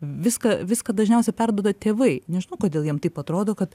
viską viską dažniausia perduoda tėvai nežinau kodėl jiem taip atrodo kad